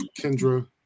Kendra